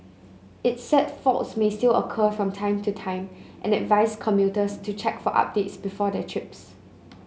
it said faults may still occur from time to time and advised commuters to check for updates before their trips